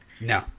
No